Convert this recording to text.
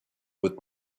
with